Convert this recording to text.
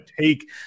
take